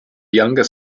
younger